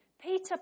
Peter